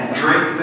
drink